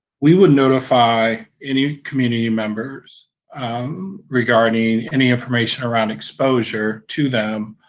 we would notify any community members regarding any information around exposure to them